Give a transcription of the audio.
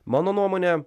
mano nuomone